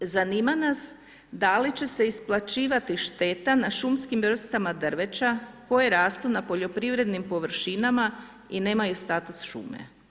Zanima nas da li će se isplaćivati šteta na šumskim vrstama drveća koje rastu na poljoprivrednim površinama i nemaju status šume?